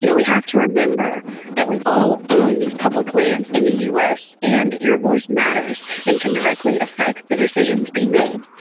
you know we have to remember that we all own these public lands in the us, and your voice matters and can directly affect the decisions being made.